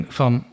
van